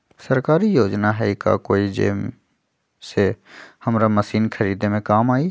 सरकारी योजना हई का कोइ जे से हमरा मशीन खरीदे में काम आई?